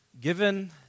given